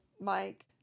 Mike